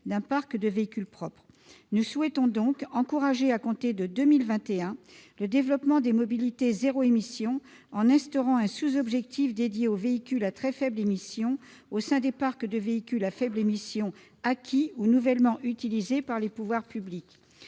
d'un parc de véhicules propres. Nous souhaitons encourager à compter de 2021 le développement des mobilités « zéro émission » en instaurant un sous-objectif dédié aux véhicules à très faibles émissions au sein des parcs de véhicules à faibles émissions acquis ou nouvellement utilisés par les pouvoirs publics.